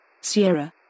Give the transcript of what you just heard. Sierra